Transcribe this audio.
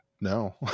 no